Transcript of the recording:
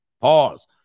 pause